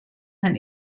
sein